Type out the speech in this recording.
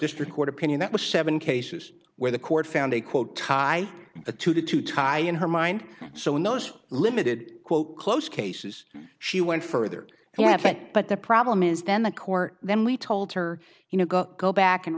district court opinion that was seven cases where the court found a quote by a two to two tie in her mind so in those limited quote close cases she went further and have it but the problem is then the court then we told her you know go go back and